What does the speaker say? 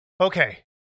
okay